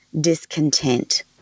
discontent